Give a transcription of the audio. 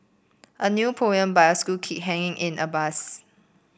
a new poem by a school kid hanging in a bus